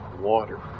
water